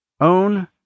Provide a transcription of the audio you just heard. Own